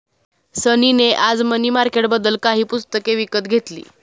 सनी ने आज मनी मार्केटबद्दल काही पुस्तके विकत घेतली